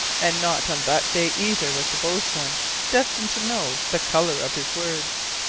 and not on that day either was the boatswain destined to know the colour of his words!